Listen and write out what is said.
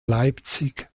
leipzig